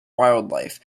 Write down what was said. wildlife